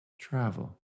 travel